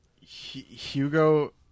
Hugo